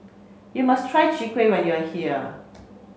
you must try Chwee Kueh when you are here